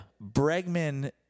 Bregman